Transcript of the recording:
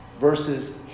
versus